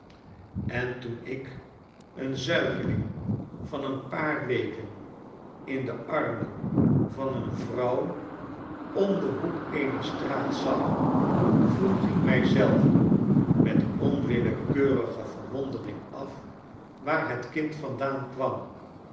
en toen ik een zuigeling van een paar weken in de armen van een vrouw om den hoek eener straat zag vroeg ik mij zelven met onwillekeurige verwonderingaf waar het kind vandaan kwam